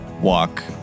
walk